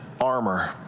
armor